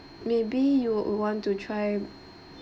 maybe you want to try